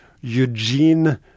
Eugene